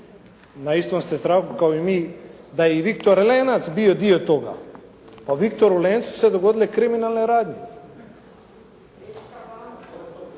na istom ste tragu kao i mi da je i "Viktor Lenac" bio dio toga. U "Viktoru Lencu" su se dogodile kriminalne radnje.